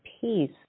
peace